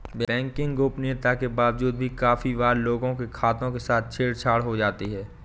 banking गोपनीयता के बावजूद भी काफी बार लोगों के खातों के साथ छेड़ छाड़ हो जाती है